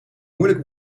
moeilijk